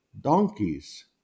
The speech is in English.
Donkeys